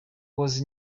was